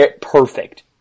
Perfect